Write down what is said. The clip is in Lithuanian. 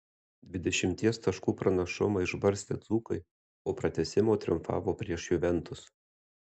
dvidešimties taškų pranašumą išbarstę dzūkai po pratęsimo triumfavo prieš juventus